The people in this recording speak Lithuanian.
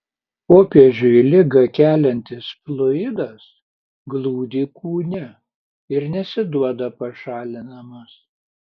popiežiui ligą keliantis fluidas glūdi kūne ir nesiduoda pašalinamas